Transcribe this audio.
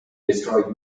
destroyed